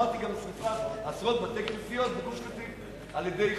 גם שרפת עשרות בתי-כנסיות בגוש-קטיף על-ידי חבריך.